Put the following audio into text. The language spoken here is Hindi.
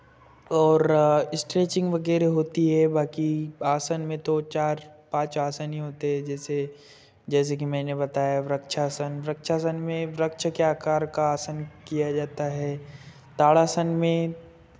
और स्ट्रेचिंग वगैरह होती है बाँकी आसन में तो चार पाँच आसन ही होते हे जैसे जैसे कि मैंने बताया वृक्षासन वृक्षासन में वृक्ष के आकार का आसन किया जाता है ताड़ासन में